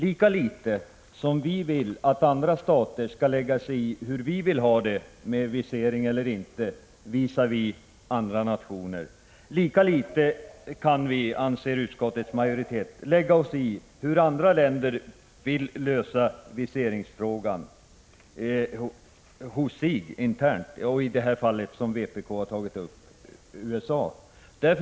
Lika litet som vi vill att andra stater skall lägga sig i hur vi skall ha det med visering eller inte visavi andra nationer, lika litet kan vi, anser utskottets majoritet, lägga oss i hur andra länder löser viseringsfrågan hos sig internt — i detta fall, som vpk har tagit upp, USA. Fru talman!